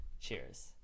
Cheers